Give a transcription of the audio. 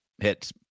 hits